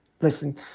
Listen